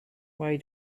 why